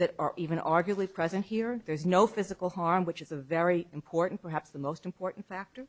that are even arguably present here there's no physical harm which is a very important perhaps the most important factor